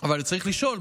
אבל צריך לשאול,